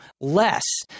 less